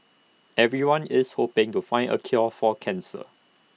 everyone is hoping to find A cure for cancer